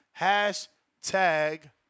Hashtag